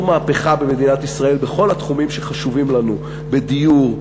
מהפכה במדינת ישראל בכל התחומים שחשובים לנו: בדיור,